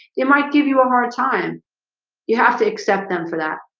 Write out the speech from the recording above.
you might give you a hard time you have to accept them for that